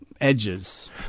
edges